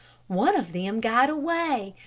one of them got away,